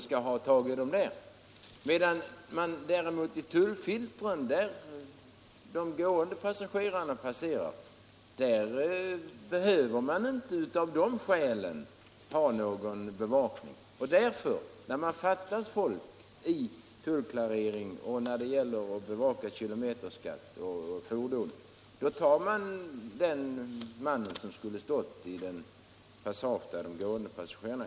I tullfiltren däremot, där de gående resenärerna passerar, behöver man inte av det skälet ha någon bevakning. När det fattas personal för tullklarering och när det gäller att bevaka kilometerskatt och fordon, tas därför den man som skulle ha stått i passagen för gående passagerare.